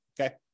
okay